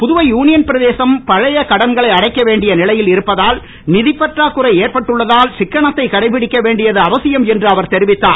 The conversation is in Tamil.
புதுவை யூனியன் பிரதேசம் பழைய கடன்களை அடைக்க வேண்டிய நிலையில் இருப்பதால் நிதிப்பற்றாக்குறை ஏற்பட்டுள்ள தால் சிக்கனத்தை கடைபிடிக்க வேண்டியது அவசியம் என்றும் அவர் தெரிவித்தார்